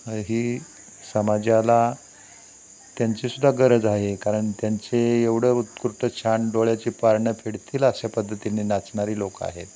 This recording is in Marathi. ही समाजाला त्यांची सुद्धा गरज आहे कारण त्यांचे एवढं उत्कृष्ट छान डोळ्याची पारणं फिटतील अशा पद्धतीने नाचणारी लोक आहेत